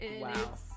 Wow